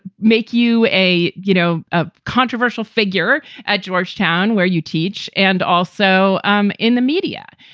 make you a, you know, a controversial figure at georgetown where you teach and also um in the media.